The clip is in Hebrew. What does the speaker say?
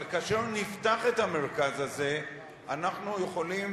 אבל כאשר נפתח את המרכז הזה אנחנו יכולים,